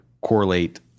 correlate